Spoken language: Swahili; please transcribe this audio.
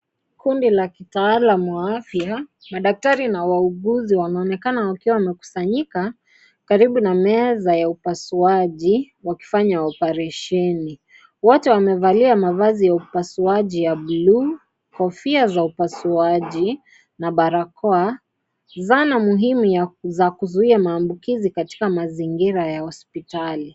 Kundi la kitaalam wa afya. Madaktari na wauguzi wameonekana wakiwa wamekusanyika karibu na meza ya upasuaji wakifanya oparesheni. Wote wamevalia mavazi ya upasuaji ya bluu, kofia za upasuaji na barakoa. Zana muhimu za kuzuia maambukizi katika mazingira ya hospitali.